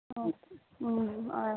आं ओक